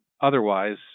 otherwise